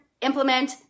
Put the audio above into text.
implement